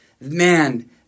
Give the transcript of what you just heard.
man